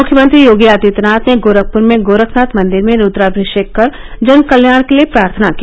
मुख्यमंत्री योगी आदित्यनाथ ने गोरखपुर में गोरखनाथ मंदिर में रुद्रामिषेक कर जन कल्याण के लिए प्रार्थना की